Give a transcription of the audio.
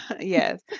Yes